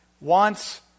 wants